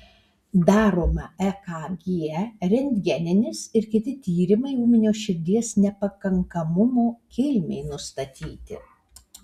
daroma ekg rentgeninis ir kiti tyrimai ūminio širdies nepakankamumo kilmei nustatyti